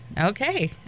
okay